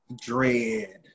dread